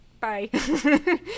bye